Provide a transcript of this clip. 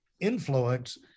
influence